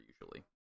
usually